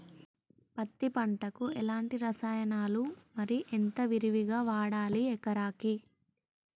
పత్తి పంటకు ఎలాంటి రసాయనాలు మరి ఎంత విరివిగా వాడాలి ఎకరాకి?